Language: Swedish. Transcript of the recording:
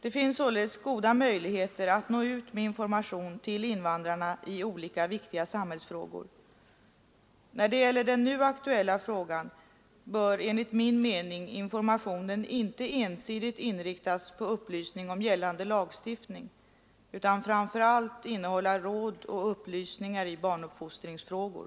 Det finns således goda möjligheter att nå ut med information till invandrarna i olika viktiga samhällsfrågor. När det gäller den nu aktuella frågan bör enligt min mening informationen inte ensidigt inriktas på upplysning om gällande lagstiftning utan framför allt innehålla råd och upplysningar i barnuppfostringsfrågor.